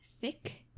Thick